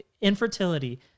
infertility